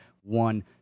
one